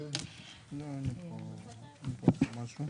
פשוט יש פה הרבה רשימות.